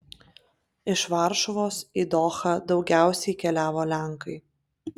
iš varšuvos į dohą daugiausiai keliavo lenkai